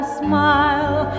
smile